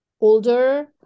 older